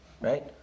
right